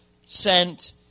sent